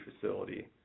facility